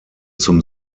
zum